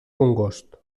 congost